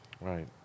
Right